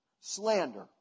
Slander